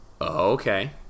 Okay